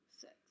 Six